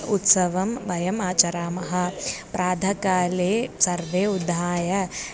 उत्सवं वयम् आचरामः प्रातःकाले सर्वे उत्थाय